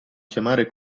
chiamare